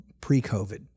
pre-COVID